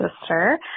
sister